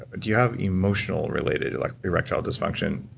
do you have emotional-related like erectile dysfunction?